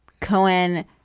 Cohen